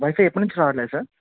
wifi ఎప్పడి నుంచి రావట్లేదు సార్